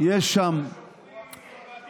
הטרוגני של השמאל.